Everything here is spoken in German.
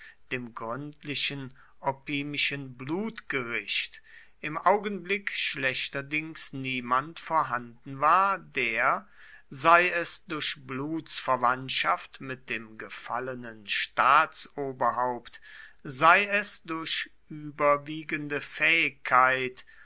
dem gründlichen opimischen blutgericht im augenblick schlechterdings niemand vorhanden war der sei es durch blutsverwandtschaft mit dem gefallenen staatsoberhaupt sei es durch überwiegende fähigkeit